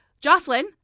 Jocelyn